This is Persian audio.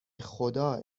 خدا